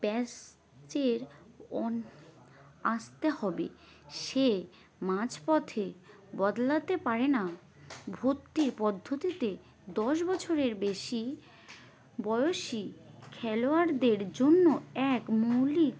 ব্যাচে ও আসতে হবে সে মাঝ পথে বদলাতে পারে না ভর্তি পদ্ধতিতে দশ বছরের বেশি বয়সী খেলোয়াড়দের জন্য এক মৌলিক